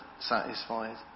satisfied